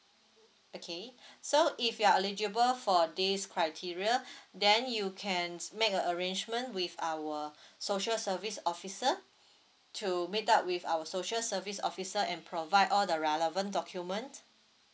okay so if you are eligible for this criteria then you can make a arrangement with our social service officer to meet up with our social service officer and provide all the relevant documents